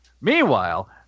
Meanwhile